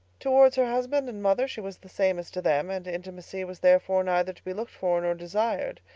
towards her husband and mother she was the same as to them and intimacy was therefore neither to be looked for nor desired.